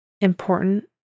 important